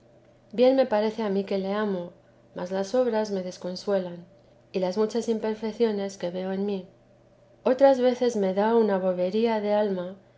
bien me parece a mí que le amo mas las obras me desconsuelan y las muchas imperfecciones que veo en mí otras veces me da una bobería de alma